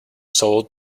sold